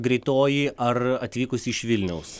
greitoji ar atvykusi iš vilniaus